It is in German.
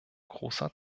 großer